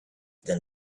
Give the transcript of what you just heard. and